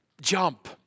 Jump